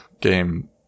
game